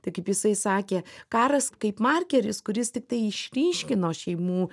tai kaip jisai sakė karas kaip markeris kuris tiktai išryškino šeimų